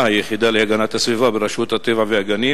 היחידה להגנת הסביבה ברשות הטבע והגנים,